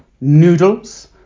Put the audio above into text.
noodles